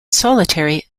solitary